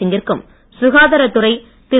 சிங்கிற்கும் சுகாதாரத்துறை திரு